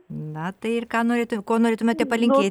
na tai ir ką norėt ko norėtumėte palinkė